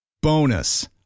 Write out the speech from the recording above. Bonus